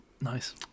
Nice